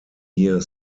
year